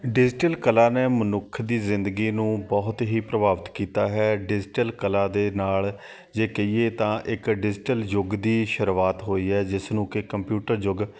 digital ਕਲਾ ਨੇ ਮਨੁੱਖ ਦੀ ਜ਼ਿੰਦਗੀ ਨੂੰ ਬਹੁਤ ਹੀ ਪ੍ਰਭਾਵਿਤ ਕੀਤਾ ਹੈ ਡਿਜੀਟਲ ਕਲਾ ਦੇ ਨਾਲ ਜੇ ਕਹੀਏ ਤਾਂ ਇੱਕ ਡਿਜੀਟਲ ਯੁੱਗ ਦੀ ਸ਼ੁਰੂਆਤ ਹੋਈ ਹੈ ਜਿਸ ਨੂੰ ਕਿ ਕੰਪਿਊਟਰ ਯੁੱਗ